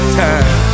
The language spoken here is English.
time